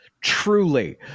truly